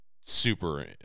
super